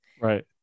Right